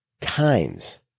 times